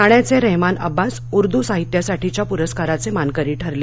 ठण्याचे रहमान अब्बास उर्दू साहित्यासाठीच्या पुरस्काराचे मानकरी ठरले